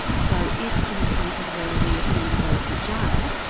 so if in the cases where the offender goes to jail,